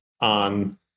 on